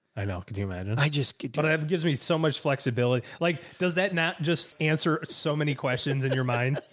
i know. could you imagine, i just, did i have, it gives me so much flexibility, like, does that not just answer so many questions in your mind?